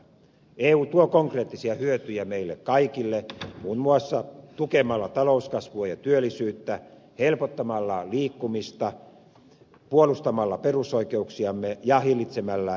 eu tuo konkreettisia hyötyjä meille kaikille muun muassa tukemalla talouskasvua ja työllisyyttä helpottamalla liikkumista puolustamalla perusoikeuksiamme ja hillitsemällä ilmastonmuutosta